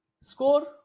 Score